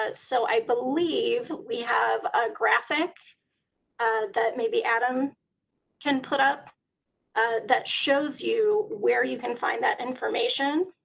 ah so i believe we have ah graphic that maybe adam can put up that shows you where you can find that information